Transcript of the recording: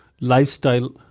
lifestyle